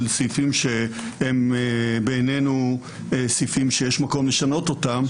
סעיפים שבעינינו יש מקום לשנות אותם,